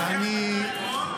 לפי ההחלטה אתמול,